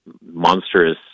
monstrous